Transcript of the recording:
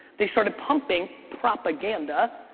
they started pumping propaganda,